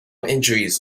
injuries